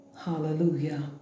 Hallelujah